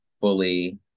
fully